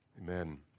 Amen